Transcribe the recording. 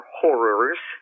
horrors